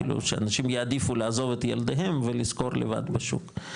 כאילו שאנשים יעדיפו לעזוב את ילדיהם ולשכור לבד בשוק.